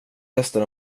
resten